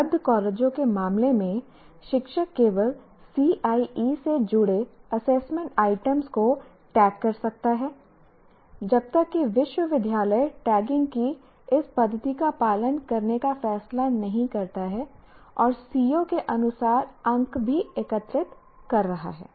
संबद्ध कॉलेजों के मामले में शिक्षक केवल CIE से जुड़े असेसमेंट आइटम्स को टैग कर सकता है जब तक कि विश्वविद्यालय टैगिंग की इस पद्धति का पालन करने का फैसला नहीं करता है और CO के अनुसार अंक भी एकत्र कर रहा है